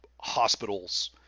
hospitals